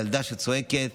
ילדה שצועקת,